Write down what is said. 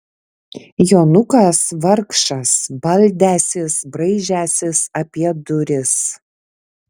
jonukas vargšas baldęsis braižęsis apie duris